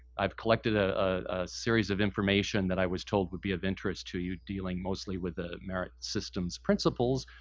i've collected a ah series of information that i was told would be of interest to you, dealing mostly with the merits systems principles,